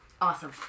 Awesome